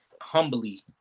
humbly